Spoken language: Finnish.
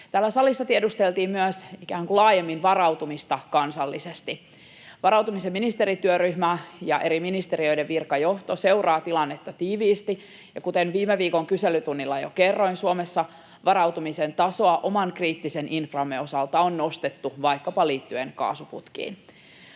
Täällä salissa tiedusteltiin myös ikään kuin laajemmin varautumisesta kansallisesti: Varautumisen ministerityöryhmä ja eri ministeriöiden virkajohto seuraavat tilannetta tiiviisti. Kuten viime viikon kyselytunnilla jo kerroin, Suomessa varautumisen tasoa oman kriittisen inframme osalta on nostettu, vaikkapa liittyen kaasuputkiin.